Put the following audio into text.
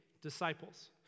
disciples